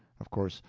of course,